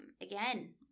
again